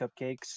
cupcakes